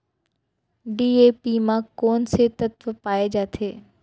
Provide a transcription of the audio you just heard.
DAP म कोन कोन से तत्व पाए जाथे?